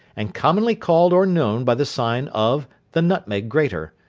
and commonly called or known by the sign of the nutmeg-grater.